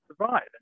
survive